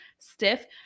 stiff